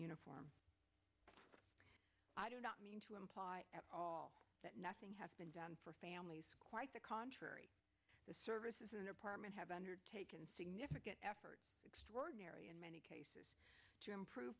uniform i do not mean to imply at all that nothing has been done for families quite the contrary the service is an apartment have undertaken significant effort extraordinary in many cases to impro